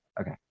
Okay